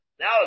Now